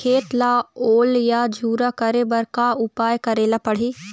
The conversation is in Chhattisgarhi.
खेत ला ओल या झुरा करे बर का उपाय करेला पड़ही?